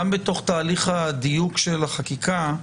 גם בתוך תהליך הדיוק של החקיקה,